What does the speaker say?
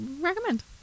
recommend